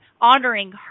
honoring